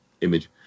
image